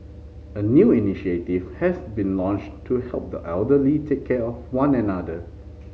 a new initiative has been launched to help the elderly take care of one another